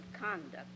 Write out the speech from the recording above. conduct